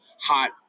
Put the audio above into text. hot